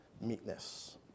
meekness